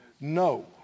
No